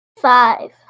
five